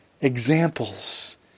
examples